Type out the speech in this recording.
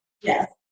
Yes